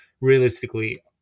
realistically